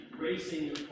racing